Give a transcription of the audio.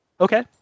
Okay